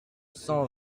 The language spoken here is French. cent